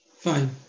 Fine